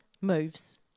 moves